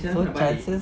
so chances